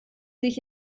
sich